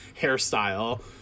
hairstyle